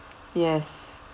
yes